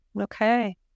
Okay